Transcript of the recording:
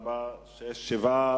אני קובע שהנושא יועבר לוועדה.